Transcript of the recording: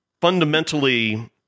fundamentally